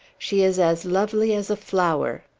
she is as lovely as a flower!